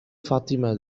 fatima